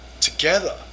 together